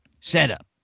setup